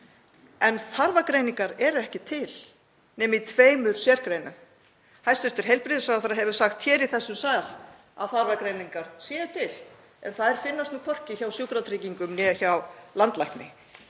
en þarfagreiningar eru ekki til nema í tveimur sérgreinum. Hæstv. heilbrigðisráðherra hefur sagt hér í þessum sal að þarfagreiningar séu til en þær finnast hvorki hjá Sjúkratryggingum né landlækni.